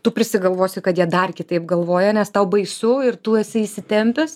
tu prisigalvosi kad jie dar kitaip galvoja nes tau baisu ir tu esi įsitempęs